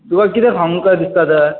तुका किदें खावंक कशें दिसता तर